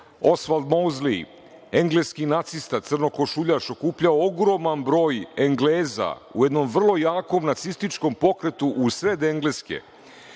Oslom Mozli, engleski nacista, crnokošuljaš, okupljao ogroman broj Engleza u jednom vrlo jakom nacističkom pokretu u sred Engleske.